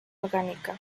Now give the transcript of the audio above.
orgánica